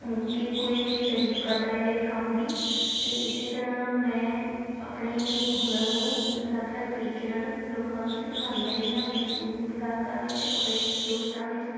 ਕਿ ਕੋਈ ਮੇਰੀ ਤਾਰੀਫ ਕਰਦਾ ਹੈ ਮੇਰੇ ਕੰਮ ਦੀ ਅਤੇ ਇਸੇ ਤਰ੍ਹਾਂ ਮੈਂ ਆਪਣੇ ਹੁਨਰ ਨੂੰ ਅਲੱਗ ਅਲੱਗ ਤਰੀਕੇ ਨਾਲ ਲੋਕਾਂ ਵਿੱਚ ਦਿਖਾਉਂਦੀ ਰਹਿੰਦੀ ਹਾਂ ਆਪਣੇ ਗਾਹਕਾਂ ਵਿੱਚ ਆਪਣੇ ਦੋਸਤਾਂ ਵਿੱਚ